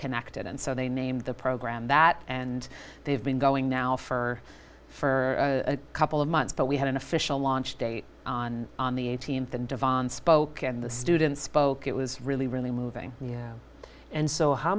connected and so they named the program that and they've been going now for for a couple of months but we had an official launch date on on the eighteenth and yvonne spoke and the students spoke it was really really moving and so how